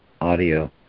audio